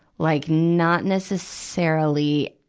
like not necessarily,